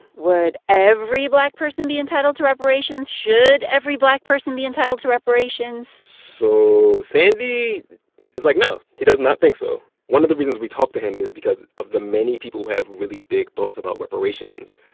would every black person be entitled to reparations? should every black person be entitled to reparations? so sandy is like, no. he does not think so. one of the reasons we talked to him is because of the many people who have really big thoughts about reparations,